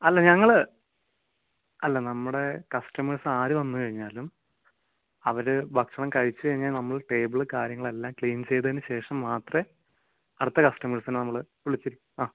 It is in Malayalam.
അല്ല ഞങ്ങൾ അല്ല നമ്മുടെ കസ്റ്റമേഴ്സ് ആരുവന്ന് കഴിഞ്ഞാലും അവർ ഭക്ഷണം കഴിച്ചു കഴിഞ്ഞ് നമ്മൾ ടേബിള് കാര്യങ്ങളെല്ലാം ക്ലീൻ ചെയ്തയിനുശേഷം മാത്രമേ അടുത്ത കസ്റ്റമേഴ്സിനെ നമ്മൾ വിളിച്ചിരുത്തു ആ